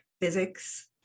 physics